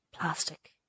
Plastic